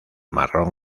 marrón